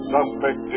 Suspect